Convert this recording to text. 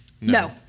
no